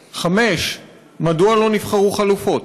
5. מדוע לא נבחרו חלופות?